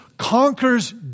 conquers